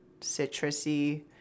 citrusy